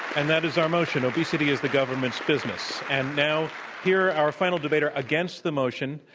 and that is our motion, obesity is the government's business. and now here, our final debater against the motion,